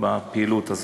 בפעילות הזאת.